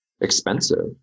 expensive